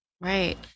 Right